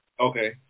Okay